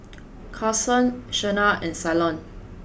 Carsen Shena and Ceylon